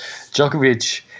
Djokovic